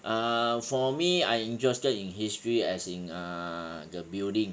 err for me I interested in history as in err the building